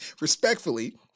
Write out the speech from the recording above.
respectfully